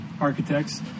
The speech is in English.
architects